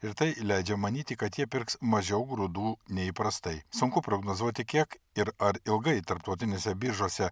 ir tai leidžia manyti kad jie pirks mažiau grūdų neįprastai sunku prognozuoti kiek ir ar ilgai tarptautinėse biržose